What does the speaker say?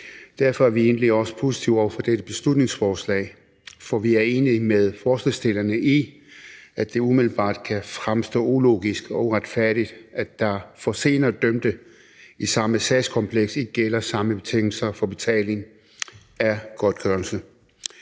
Derfor er vi egentlig også positive over for dette beslutningsforslag, for vi er enige med forslagsstillerne i, at det umiddelbart kan fremstå ulogisk og uretfærdigt, at der for senere dømte i samme sagskompleks ikke gælder samme betingelser for betaling af godtgørelse.